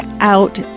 out